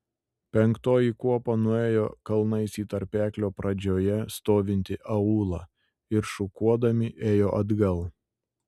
penktoji kuopa nuėjo kalnais į tarpeklio pradžioje stovintį aūlą ir šukuodami ėjo atgal